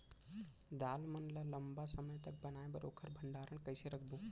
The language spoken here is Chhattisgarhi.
दाल मन ल लम्बा समय तक बनाये बर ओखर भण्डारण कइसे रखबो?